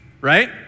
right